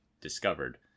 discovered